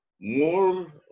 more